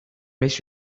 beş